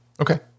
Okay